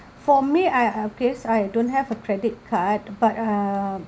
for me I I okay I don't have a credit card but um